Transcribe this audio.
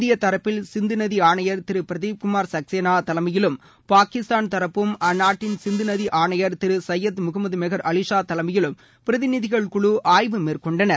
இந்திய தரப்பில் சிந்து நதி ஆணையா் திரு பிரதீப்குமா் சக்சேனா தலைமையிலும் பாகிஸ்தான் தரப்பும் அந்நாட்டின் சிந்து நதி ஆணையர் திரு சையத் முகமத் மெஹர் அவிஷா தலைமையிலும் பிரதிநிதிகள் குழு ஆய்வு மேற்கொண்டனர்